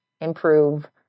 improve